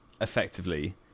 effectively